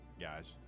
guys